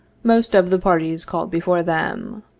most of the parties called before them.